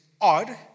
odd